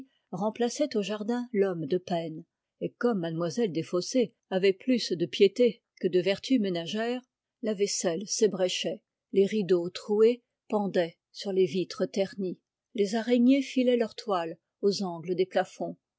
remplaçait au jardin l'homme de peine et comme mlle desfossés avait plus de piété que de vertus ménagères la vaisselle s'ébréchait les rideaux troués pendaient sur les vitres ternies les araignées filaient leur toile aux angles des plafonds